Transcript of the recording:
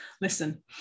Listen